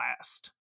last